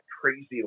crazy